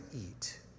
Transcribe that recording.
eat